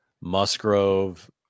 Musgrove